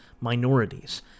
minorities